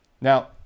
Now